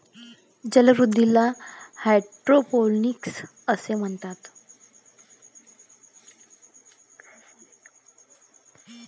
जलवृद्धीला हायड्रोपोनिक्स असे म्हणतात